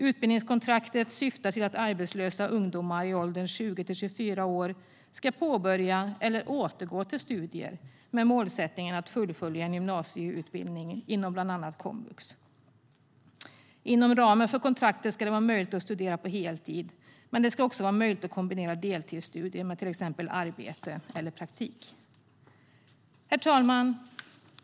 Utbildningskontraktet syftar till att arbetslösa ungdomar i åldern 20-24 år ska påbörja eller återgå till studier, med målsättningen att fullfölja en gymnasieutbildning inom bland annat komvux. Inom ramen för kontraktet ska det vara möjligt att studera på heltid, men det ska också vara möjligt att kombinera deltidsstudier med till exempel arbete eller praktik. Herr talman!